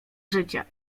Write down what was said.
życia